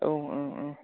औ